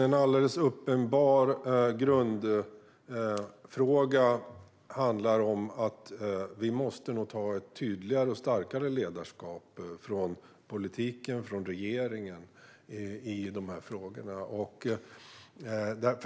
En alldeles uppenbar grundfråga handlar om att vi i politiken och regeringen måste ta ett tydligare och starkare ledarskap i dessa frågor.